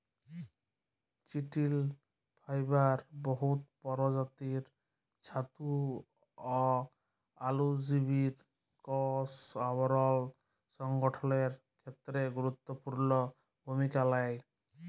চিটিল ফাইবার বহুত পরজাতির ছাতু অ অলুজীবের কষ আবরল সংগঠলের খ্যেত্রে গুরুত্তপুর্ল ভূমিকা লেই